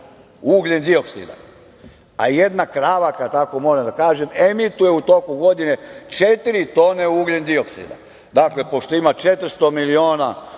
ugljendioksida, a jedna krava, kada tako moram da kažem, emituje u toku godine 4 tone ugljendioksida. Dakle, pošto ima 400 miliona